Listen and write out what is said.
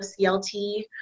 CLT